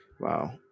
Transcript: Wow